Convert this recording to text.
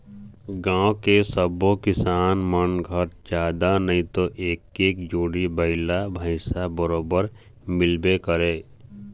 गाँव के सब्बो किसान मन घर जादा नइते एक एक जोड़ी बइला भइसा बरोबर मिलबे करय